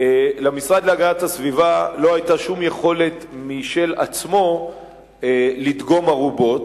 למשרד להגנת הסביבה לא היתה שום יכולת משל עצמו לדגום ארובות,